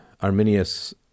Arminius